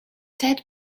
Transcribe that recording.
ted